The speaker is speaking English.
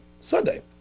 Sunday